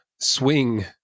swing